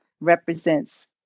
represents